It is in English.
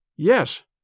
Yes